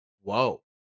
Whoa